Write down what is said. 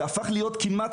זה הפך להיות כמעט,